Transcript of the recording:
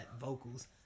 vocals